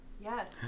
Yes